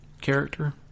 character